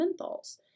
menthols